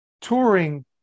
touring